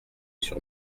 sur